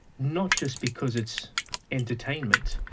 not just because it's entertainment,